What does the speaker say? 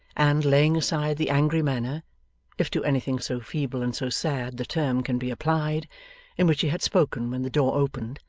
and, laying aside the angry manner if to anything so feeble and so sad the term can be applied in which he had spoken when the door opened,